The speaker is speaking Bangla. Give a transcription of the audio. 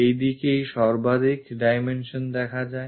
এইদিকেই সর্বাধিক dimensions দেখা যায়